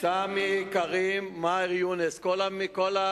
השותפים שלהם שוחררו, אגב.